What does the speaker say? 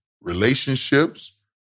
relationships